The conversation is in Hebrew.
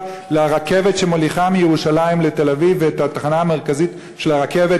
לרכבת שמוליכה מירושלים לתל-אביב ואת התחנה המרכזית של הרכבת,